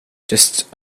just